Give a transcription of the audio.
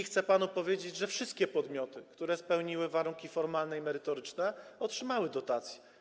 Chcę panu powiedzieć, że wszystkie podmioty, które spełniły warunki formalne i merytoryczne, otrzymały dotację.